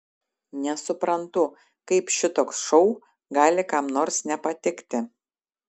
nesuprantu kaip šitoks šou gali kam nors nepatikti